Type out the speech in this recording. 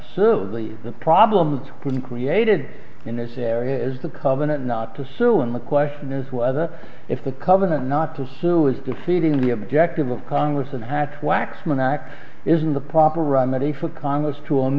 serve the problem when created in this area is the covenant not to sue in the question is whether if the covenant not to sue is defeating the objective of congress and had waxman act isn't the proper remedy for congress to